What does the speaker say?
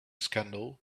scandal